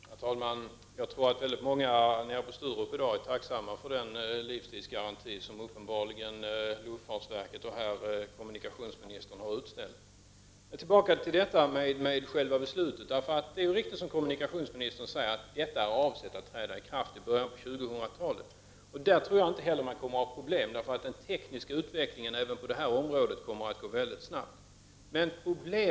Herr talman! Jag tror att många på Sturup i dag är tacksamma för den livstidsgaranti som uppenbarligen luftfartsverket och kommunikationsministern har utställt. Jag går tillbaka till själva beslutet. Det är riktigt som kommunikationsministern säger att beslutet är avsett att träda i kraft i början av 2000-talet. Jag tror inte heller att man där kommer att få problem, eftersom den tekniska utvecklingen även på detta område kommer att gå mycket snabbt framåt.